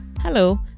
Hello